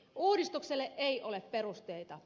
uudistukselle ei ole perusteita